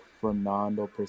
Fernando